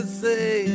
say